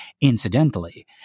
incidentally